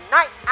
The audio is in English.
Night